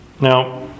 Now